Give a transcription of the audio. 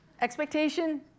Expectation